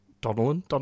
Donnellan